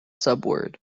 subword